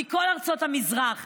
מכל ארצות המזרח,